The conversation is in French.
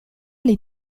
les